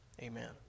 amen